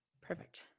perfect